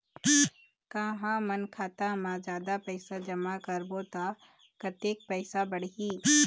का हमन खाता मा जादा पैसा जमा करबो ता कतेक पैसा बढ़ही?